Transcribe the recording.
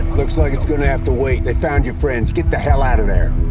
looks like it's gonna have to wait. they found your friends. get the hell out of there!